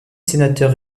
sénateurs